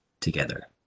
together